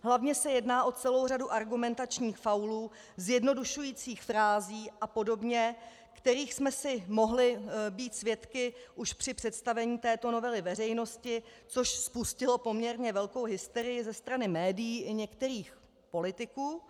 Hlavně se jedná o celou řadu argumentačních faulů, zjednodušujících frází a podobně, kterých jsme mohli být svědky už při představení této novely veřejnosti, což spustilo poměrně velkou hysterii ze strany médií i některých politiků.